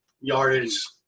yardage